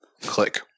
click